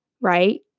Right